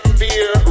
fear